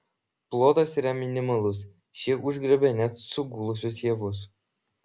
plotas yra minimalus šie užgriebia net sugulusius javus